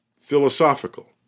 philosophical